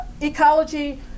ecology